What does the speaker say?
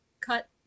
cut